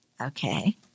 Okay